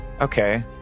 Okay